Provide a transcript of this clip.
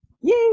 Yay